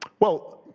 well,